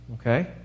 Okay